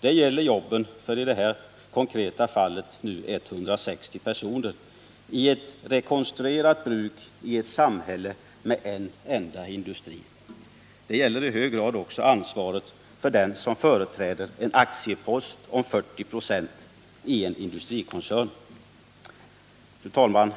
Det gäller jobben för i det här konkreta fallet 160 personer i ett rekonstruerat bruk i ett samhälle med en enda industri. Det gäller i hög grad också ansvaret för den som företräder en aktiepost på 40 26 i en industrikoncern. Fru talman!